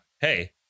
hey